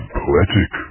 poetic